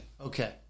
Okay